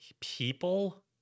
people